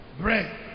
bread